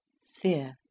Sphere